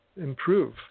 improve